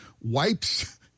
wipes